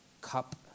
cup